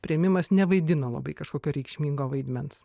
priėmimas nevaidino labai kažkokio reikšmingo vaidmens